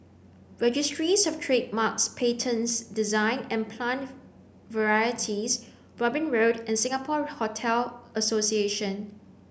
registries Of Trademarks Patents Design and Plant Varieties Robin Road and Singapore Hotel Association